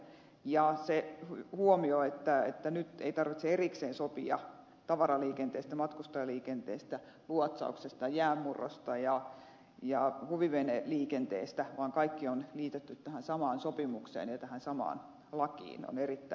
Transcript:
ja se huomio että nyt ei tarvitse erikseen sopia tavaraliikenteestä matkustajaliikenteestä luotsauksesta jäänmurrosta ja huviveneliikenteestä vaan kaikki on liitetty tähän samaan sopimukseen ja tähän samaan lakiin on erittäin hyvä